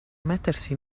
mettersi